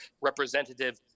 representative